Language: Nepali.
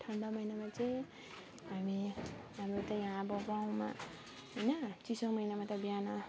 ठन्डा महिनामा चाहिँ हामी हाम्रो त यहाँ अब हाम्रो गाउँमा होइन चिसो महिनामा त बिहान